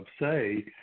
say